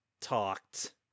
talked